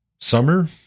summer